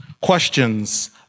Questions